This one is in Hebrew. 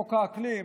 חוק האקלים,